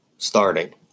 Starting